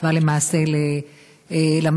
כתבה למעשה למנכ"ל,